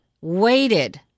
waited